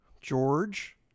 George